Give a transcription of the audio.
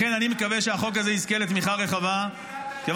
לכן אני מקווה שהחוק הזה יזכה לתמיכה רחבה כיוון